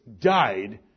died